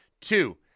Two